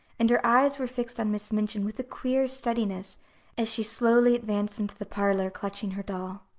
and her eyes were fixed on miss minchin with a queer steadiness as she slowly advanced into the parlor, clutching her doll.